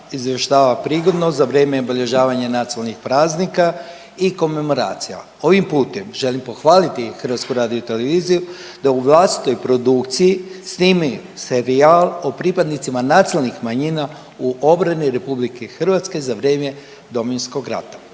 izvještava prigodno za vrijeme obilježavanja nacionalnih praznika i komemoracija, ovim putem želim pohvaliti HRT da u vlastitoj produkciji snimi serijal o pripadnicima nacionalnih manjina u obrani RH za vrijeme Domovinskog rata.